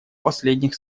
последних